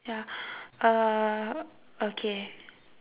ya uh okay